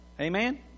Amen